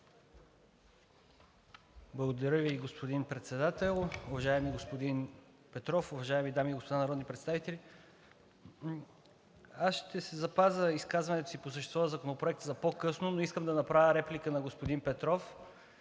Благодаря Ви, господин Председател. Уважаеми господин Петров, уважаеми дами и господа народни представители! Аз ще запазя изказването си по същество по Законопроекта за по-късно, но искам да направя реплика на господин Петров,